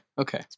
Okay